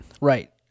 Right